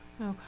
Okay